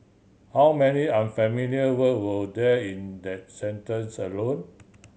how many unfamiliar word were there in that sentence alone